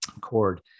cord